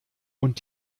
und